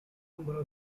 number